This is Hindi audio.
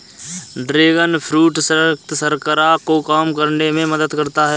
ड्रैगन फ्रूट रक्त शर्करा को कम करने में मदद करता है